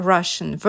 Russian